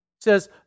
says